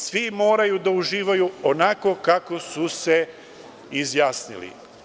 Svi moraju da uživaju onako kako su se izjasnili.